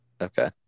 Okay